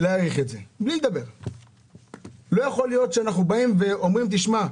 לא יכול להיות שאנחנו באים ואומרים: תשמע,